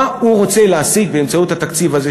מה הוא רוצה להשיג באמצעות התקציב הזה,